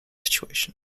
situation